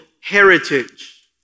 heritage